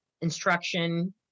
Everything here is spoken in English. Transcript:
instruction